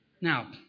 Now